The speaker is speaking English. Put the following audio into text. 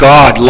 God